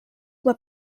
were